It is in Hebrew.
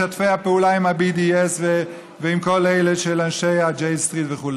משתפי הפעולה עם ה-BDS ועם כל אנשי ה-J Street וכו',